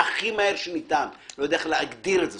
הכי מהיר שניתן, אני לא יודע איך להגדיר את זה.